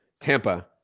Tampa